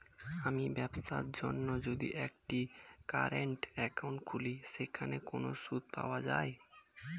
আমি ব্যবসার জন্য যদি একটি কারেন্ট একাউন্ট খুলি সেখানে কোনো সুদ পাওয়া যায়?